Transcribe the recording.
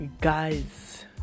Guys